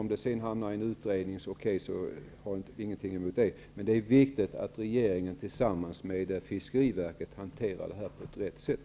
Men hamnar frågan i en utredning har vi ingenting emot det, men det är viktigt att regeringen tillsammans med fiskeriverket hanterar det här på rätt sätt.